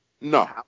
No